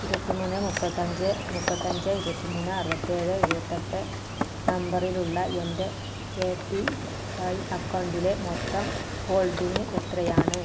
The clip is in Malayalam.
ഇരുപത്തി മൂന്ന് മുപ്പത്തഞ്ച് മുപ്പത്തഞ്ച് ഇരുപത്തി മൂന്ന് അറുപത്തേഴ് എഴുപത്തെട്ട് നമ്പറിലുള്ള എന്റെ എ പി വൈ അക്കൗണ്ടിലെ മൊത്തം ഹോൾഡിംഗ് എത്രയാണ്